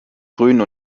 grün